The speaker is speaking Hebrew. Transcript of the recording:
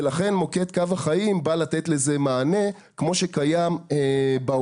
ולכן מוקד קו החיים בא לתת לזה מענה כמו שקיים בעולם.